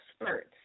experts